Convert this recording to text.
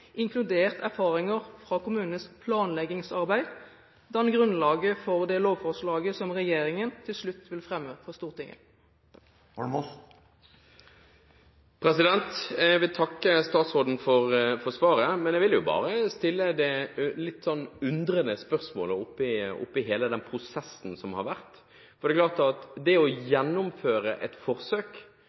inkludert erfaringer fra kommunenes planleggingsarbeid, danne grunnlaget for det lovforslaget som regjeringen til slutt vil fremme for Stortinget. Jeg vil takke statsråden for svaret, men jeg stiller meg litt undrende til hele prosessen som har vært: Når man gjennomfører et forsøk, er det vanlig at man evaluerer erfaringene med forsøket før man bestemmer seg for å